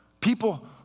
people